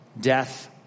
death